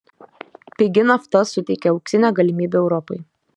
pigi nafta suteikia auksinę galimybę europai